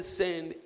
send